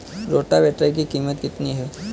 Rotavator की कीमत कितनी है?